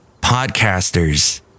Podcasters